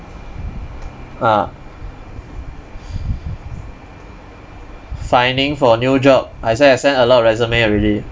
ah finding for new job I said I send a lot resume already